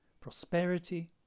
prosperity